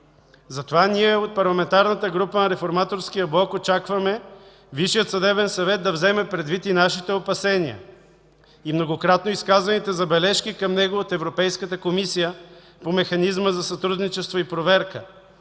Затова ние от Парламентарната група на Реформаторския блок очакваме Висшият съдебен съвет да вземе предвид и нашите опасения и многократно изказаните забележки към него от Европейската комисия по механизма за сътрудничество и проверка,